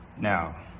Now